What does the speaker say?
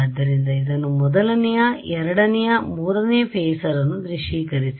ಆದ್ದರಿಂದ ಇದನ್ನು ಮೊದಲನೆಯ ಎರಡನೆಯಮೂರನೆಯ ಫೇಸರ್ನ್ನು ದೃಶ್ಯೀಕರಿಸಿ